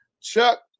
Chuck